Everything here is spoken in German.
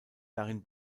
darin